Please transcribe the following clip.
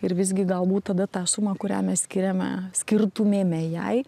ir visgi galbūt tada tą sumą kurią mes skiriame skirtumėme jai